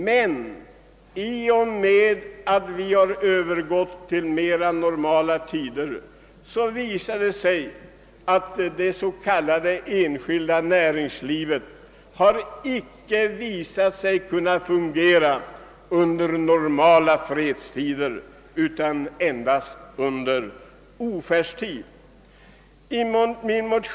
Men i och med övergången till mera normala tider visar det sig att det s.k. enskilda näringslivet icke kan fungera under normal fredstid utan endast under ofärdstider, då ett ohämmat vinstintresse har högkonjunktur.